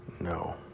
No